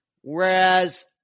Whereas